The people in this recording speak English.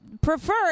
prefer